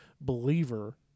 believer